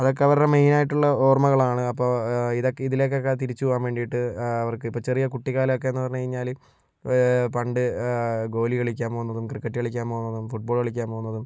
അതൊക്കെ അവരുടെ മെയിനായിട്ടുള്ള ഓർമ്മകളാണ് അപ്പോൾ ഇതൊക്കെ ഇതിലേക്കൊക്കെ തിരിച്ചു പോകാൻ വേണ്ടിയിട്ട് അവർക്ക് ഇപ്പോൾ ചെറിയ കുട്ടിക്കാലം ഒക്കെയെന്ന് പറഞ്ഞു കഴിഞ്ഞാൽ പണ്ട് ഗോലി കളിക്കാൻ പോകുന്നതും ക്രിക്കറ്റ് കളിക്കാൻ പോകുന്നതും ഫുട്ബോൾ കളിക്കാൻ പോകുന്നതും